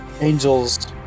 angels